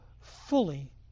fully